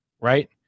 right